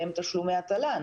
והיא תשלומי התל"ן,